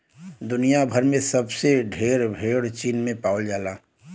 दुनिया भर में सबसे ढेर भेड़ चीन में पावल जाला